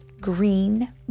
green